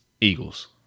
Eagles